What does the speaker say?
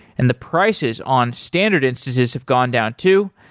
and the prices on standard instances have gone down too.